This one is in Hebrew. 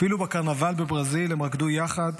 אפילו בקרנבל בברזיל הם רקדו יחד,